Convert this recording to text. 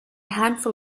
handful